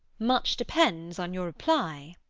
much depends on your reply.